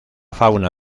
fauna